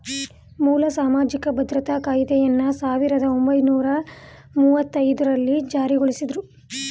ಮೂಲ ಸಾಮಾಜಿಕ ಭದ್ರತಾ ಕಾಯ್ದೆಯನ್ನ ಸಾವಿರದ ಒಂಬೈನೂರ ಮುವ್ವತ್ತಐದು ರಲ್ಲಿ ಜಾರಿಗೊಳಿಸಿದ್ರು